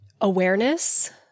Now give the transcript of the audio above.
awareness